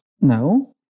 no